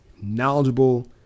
knowledgeable